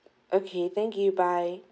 okay thank you bye